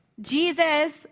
Jesus